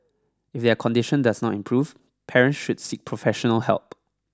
if their condition does not improve parents should seek professional help